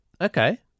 Okay